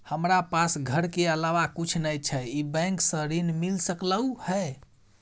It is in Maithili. हमरा पास घर के अलावा कुछ नय छै ई बैंक स ऋण मिल सकलउ हैं?